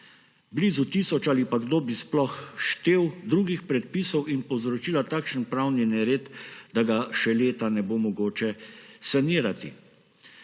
blizu tisoč – ali pa kdo bi sploh štel – drugih prepisov in povzročila takšen pravni nered, da ga še leta ne bo mogoče sanirati.